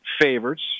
favorites